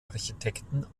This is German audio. architekten